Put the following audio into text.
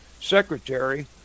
secretary